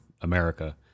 America